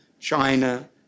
China